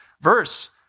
verse